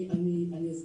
אני אסביר,